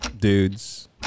dudes